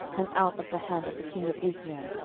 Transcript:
and out of the hand of the king of israel,